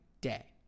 day